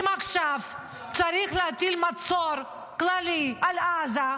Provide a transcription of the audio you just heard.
אם עכשיו צריך להטיל מצור כללי על עזה,